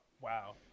Wow